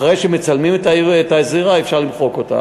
אחרי שמצלמים את הזירה אפשר למחוק אותה,